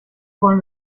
wollen